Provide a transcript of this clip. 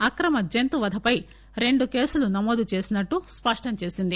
అక్రమ జంతువధపై రెండు కేసులు నమోదు చేసినట్లు స్పష్టం చేసింది